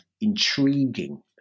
intriguing